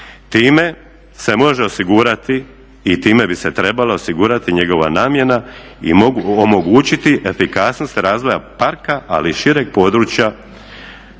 Time se može osigurati i time bi se trebalo osigurati njegova namjena i mogu omogućiti efikasnost razvoja parka ali i šireg područja